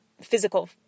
physical